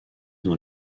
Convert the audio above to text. dans